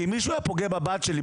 כי אם מישהו היה פוגע בבת שלי,